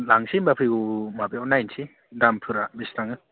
लांनोसै होनबा फैगौ माबायाव नायनोसै दामफोरा बेसे थाङो